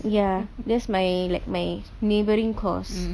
ya that's my like my neighbouring course